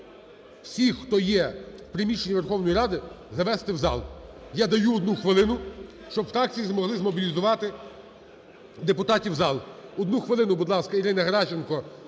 всіх хто є в приміщені Верховної Ради завести в зал. Я даю одну хвилину, щоб фракції змогли змобілізувати депутатів в зал. Одну хвилину, будь ласка, Ірина Геращенко